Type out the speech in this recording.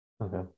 Okay